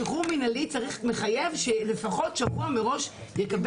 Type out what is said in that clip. שחרור מנהלי מחייב שלפחות שבוע מראש יקבל